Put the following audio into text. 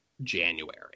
January